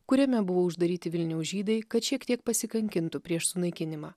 kuriame buvo uždaryti vilniaus žydai kad šiek tiek pasikankintų prieš sunaikinimą